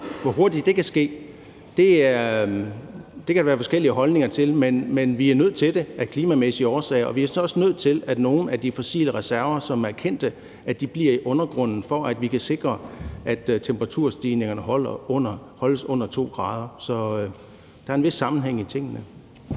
Hvor hurtigt det kan ske, kan der være forskellige holdninger til, men vi er nødt til det af klimamæssige årsager. Vi er så også nødt til at lade nogle af de fossile reserver, som er kendte, blive i undergrunden, for at vi kan sikre, at temperaturstigningen holdes under 2 grader. Så der er en vis sammenhæng i tingene.